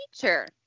teacher